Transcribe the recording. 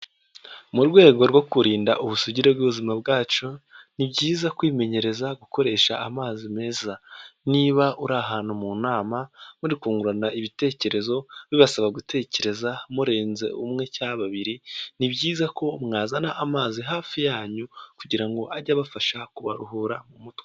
Mu rwego rwo kurinda ubusugire bw'ubuzima bwacu, ni byiza kwimenyereza gukoresha amazi meza, niba uri ahantu mu nama muri kungurana ibitekerezo, bibasaba gutekereza murenze umwe cyangwa babiri, ni byiza ko mwazana amazi hafi yanyu, kugira ngo age abafasha kubaruhura mu mutwe.